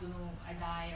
you know I die